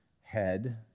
head